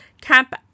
Camp